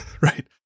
right